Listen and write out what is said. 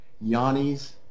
Yanni's